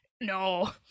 No